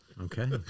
Okay